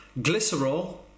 glycerol